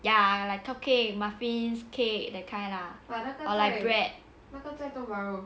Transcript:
ya like cake muffins cake that kind lah or like bread